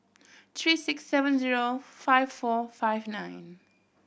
three six seven zero five four five nine